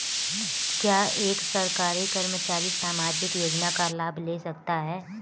क्या एक सरकारी कर्मचारी सामाजिक योजना का लाभ ले सकता है?